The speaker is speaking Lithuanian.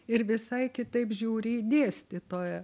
ir visai kitaip žiūri į dėstytoją